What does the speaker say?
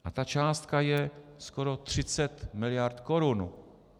A ta částka je skoro 30 miliard korun.